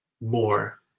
more